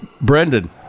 Brendan